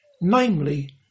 namely